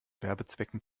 werbezwecken